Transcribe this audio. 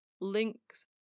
links